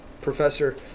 professor